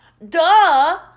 Duh